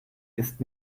ist